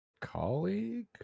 Colleague